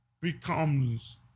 becomes